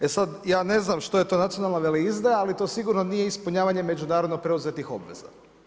E sad, ja ne znam što je to nacionalna veleizdaja, ali to sigurno nije ispunjavanje međunarodno preuzetih obveza.